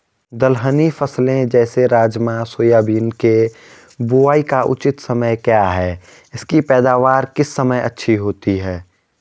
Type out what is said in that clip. दलहनी फसलें जैसे राजमा सोयाबीन के बुआई का उचित समय क्या है इसकी पैदावार किस समय अच्छी होती है?